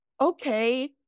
okay